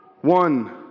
one